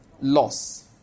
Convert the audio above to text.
Loss